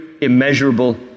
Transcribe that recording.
immeasurable